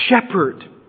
Shepherd